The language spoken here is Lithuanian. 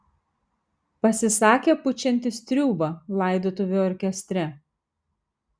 pasisakė pučiantis triūbą laidotuvių orkestre